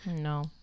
No